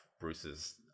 Bruce's